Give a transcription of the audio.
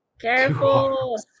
Careful